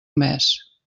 mes